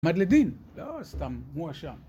מדלדין? לא סתם, הוא השם.